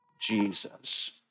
Jesus